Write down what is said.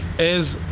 is